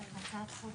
ז' באדר תשפ"ב,